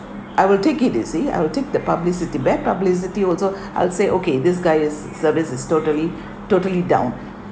I will take it you see I will take the publicity bad publicity also I'll say okay this guy is service is totally totally down